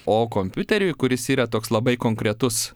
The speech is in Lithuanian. o kompiuteriui kuris yra toks labai konkretus